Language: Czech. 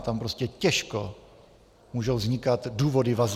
Tam prostě těžko můžou vznikat důvody vazby.